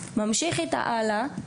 ממשיך איתה הלאה.